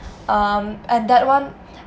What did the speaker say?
um and that one